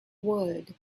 world